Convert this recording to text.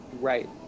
Right